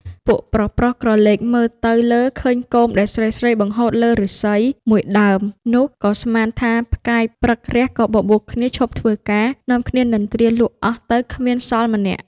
ពួកប្រុសៗក្រឡកមើលទៅលើឃើញគោមដែលស្រីៗបង្ហូតលើឬស្សីមួយដើមនោះ ក៏ស្មានថាផ្កាយព្រឹករះក៏បបួលគ្នាឈប់ធ្វើការ នាំគ្នានិន្រ្ទាលក់អស់ទៅគ្មានសល់ម្នាក់។